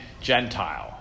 Gentile